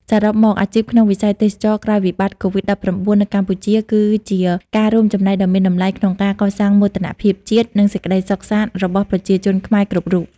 សរុបមក អាជីពក្នុងវិស័យទេសចរណ៍ក្រោយវិបត្តិកូវីដ១៩នៅកម្ពុជា គឺជាការរួមចំណែកដ៏មានតម្លៃក្នុងការកសាងមោទនភាពជាតិ និងសេចក្តីសុខសាន្តរបស់ប្រជាជនខ្មែរគ្រប់រូប។